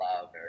love